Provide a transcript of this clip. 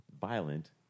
violent